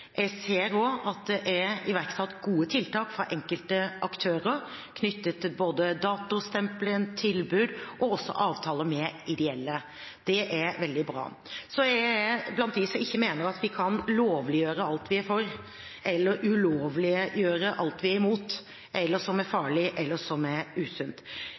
Jeg ser også at det er iverksatt gode tiltak fra enkelte aktører knyttet til både datostempling, tilbud og avtaler med ideelle. Det er veldig bra. Jeg er blant dem som ikke mener at vi kan lovliggjøre alt vi er for, eller ulovliggjøre alt vi er imot, eller som er farlig, eller som er usunt.